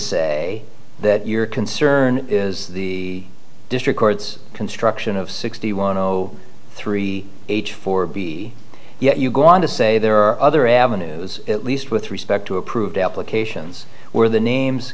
say that your concern is the district court's construction of sixty one zero three h four b yet you go on to say there are other avenues at least with respect to approved applications where the names